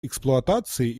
эксплуатации